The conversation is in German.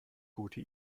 gute